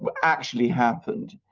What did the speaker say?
but actually happened.